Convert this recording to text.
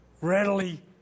readily